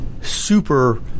super